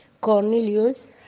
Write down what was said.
Cornelius